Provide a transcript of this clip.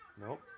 Nope